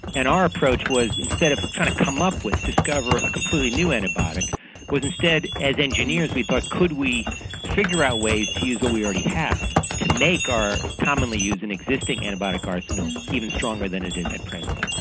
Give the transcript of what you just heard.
and our approach was instead of trying to come up with or discover a completely new antibiotic was instead as engineers we thought could we figure out ways to use what we already have to make our commonly used and existing antibiotic arsenal even stronger than it is at present.